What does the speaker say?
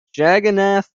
jagannath